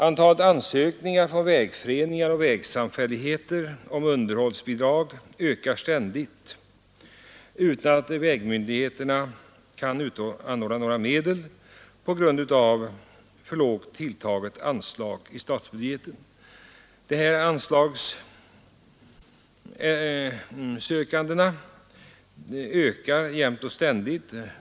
Antalet ansökningar från vägföreningar och vägsam fälligheter om underhållsbidrag ökar ständigt, utan att myndigheterna kan utanordna medel — på grund av för lågt tilltaget anslag i statsbudgeten. Anslagsansökningarna ökar jämt och ständigt.